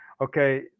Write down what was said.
Okay